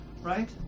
Right